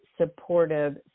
supportive